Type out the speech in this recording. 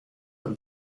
und